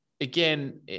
again